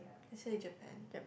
I say Japan